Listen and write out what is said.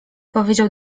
powiedział